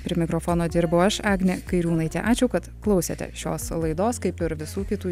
prie mikrofono dirbau aš agnė kairiūnaitė ačiū kad klausėte šios laidos kaip ir visų kitų